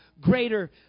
greater